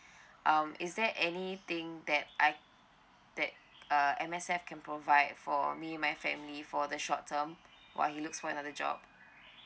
um is there anything that I that uh M_S_F can provide for me and my family for the short term while he look for another job